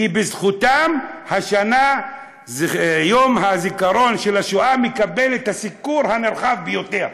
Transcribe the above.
כי בזכותם השנה יום הזיכרון לשואה מקבל את הסיקור הנרחב ביותר.